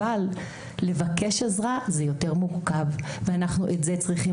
אבל לבקש עזרה זה יותר מורכב ואת זה אנחנו צריכים